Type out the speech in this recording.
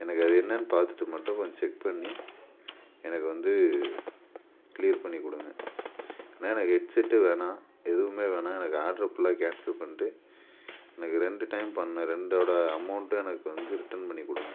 எனக்கு அது என்னென்னு பார்த்துட்டு மட்டும் கொஞ்சம் செக் பண்ணி எனக்கு வந்து க்ளியர் பண்ணிக் கொடுங்க ஏன்னா எனக்கு ஹெட்செட்டு வேணாம் எதுவுமே வேணாம் எனக்கு ஆட்ரு புல்லாக கேன்சல் பண்ணிட்டு எனக்கு ரெண்டு டைம் பண்ண ரெண்டோடய அமௌண்ட்டும் எனக்கு வந்து ரிட்டர்ன் பண்ணிக் கொடுங்க